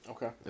Okay